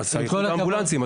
אז עוזר לאיחוד האמבולנסים,